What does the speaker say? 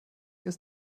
ist